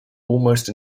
almost